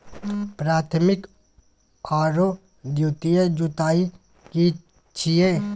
प्राथमिक आरो द्वितीयक जुताई की छिये?